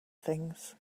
things